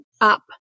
up